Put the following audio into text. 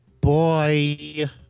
Boy